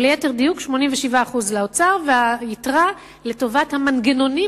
או ליתר דיוק 87% לאוצר והיתרה לטובת המנגנונים